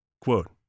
Quote